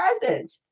present